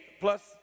plus